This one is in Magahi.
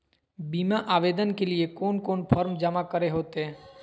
बीमा आवेदन के लिए कोन कोन फॉर्म जमा करें होते